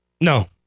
No